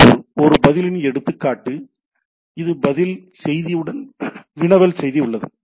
இதேபோல் ஒரு பதிலின் எடுத்துக்காட்டு இது பதில் செய்தியுடன் வினவல் செய்தி உள்ளது